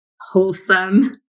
wholesome